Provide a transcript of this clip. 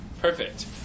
Perfect